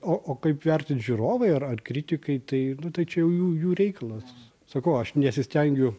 o o kaip vertins žiūrovai ar ar kritikai tai nu tai čia jau jų jų reikalas sakau aš nesistengiu